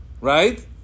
right